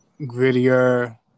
grittier